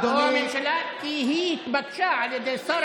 או אתה או הממשלה, כי היא התבקשה על ידי שר